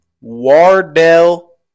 Wardell